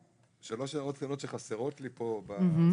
שלוש שאלות קטנות שחסרות לי פה בסעיף,